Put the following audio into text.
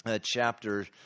chapter